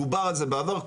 דובר על זה בעבר,